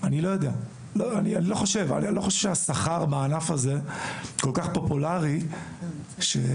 אני לא חושב שהשכר בענף הזה פופולרי עד כדי